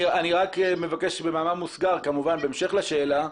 במאמר מוסגר, בהמשך לשאלה,